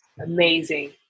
amazing